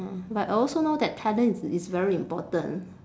but I also know that talent is is very important